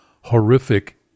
horrific